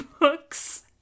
Books